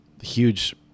huge